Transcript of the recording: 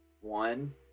one